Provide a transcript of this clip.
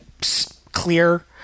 clear